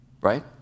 right